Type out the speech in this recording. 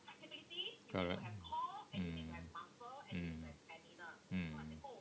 correct mm mm mm